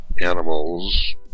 animals